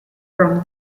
from